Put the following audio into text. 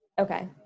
Okay